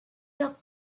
your